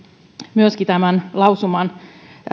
myöskin tämän lausuman